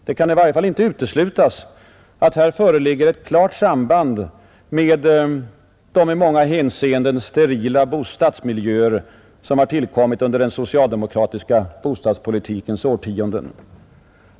Det kan i varje fall inte uteslutas att här föreligger ett klart samband med de i många hänseenden sterila stadsmiljöer som har tillkommit under den socialdemokratiska bostadspolitikens årtionden.